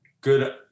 good